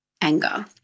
anger